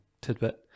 tidbit